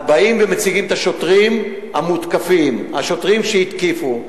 באים ומציגים את השוטרים, השוטרים שהתקיפו.